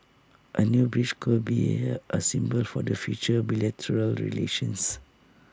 A new bridge good be A symbol for the future bilateral relations